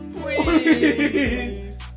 please